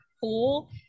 pool